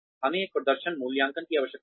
हमें एक प्रदर्शन मूल्यांकन की आवश्यकता है